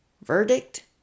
Verdict